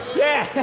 yeah.